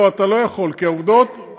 לא, אתה לא יכול, כי העובדות, אני כן.